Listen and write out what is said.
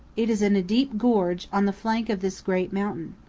it is in a deep gorge on the flank of this great mountain.